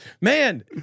man